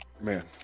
Man